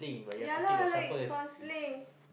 ya lah like counselling